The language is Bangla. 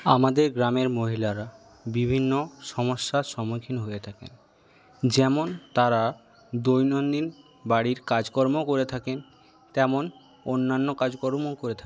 আমাদের গ্রামের মহিলারা বিভিন্ন সমস্যার সম্মুখীন হয়ে থাকেন যেমন তারা দৈনন্দিন বাড়ির কাজকর্মও করে থাকেন তেমন অন্যান্য কাজকর্মও করে থাকেন